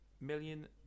million